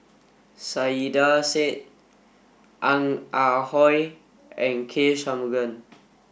Saiedah Said Ong Ah Hoi and K Shanmugam